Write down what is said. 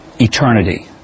eternity